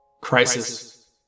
Crisis